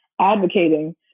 advocating